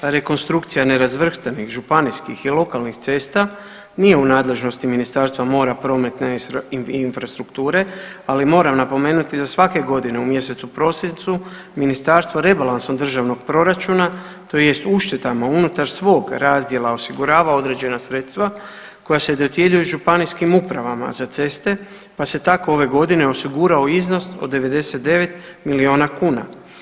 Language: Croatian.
Rekonstrukcija nerazvrstanih županijskih i lokalnih cesta nije u nadležnosti Ministarstva mora, prometa i infrastrukture, ali moram napomenuti da svake godine u mjesecu prosincu ministarstvo rebalansom državnog proračuna tj. uštedama unutar svog razdjela osigurava određena sredstava koja se dodjeljuju županijskim upravama za ceste, pa se tako ove godine osigurao iznos od 99 milijuna kuna.